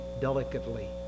delicately